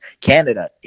Canada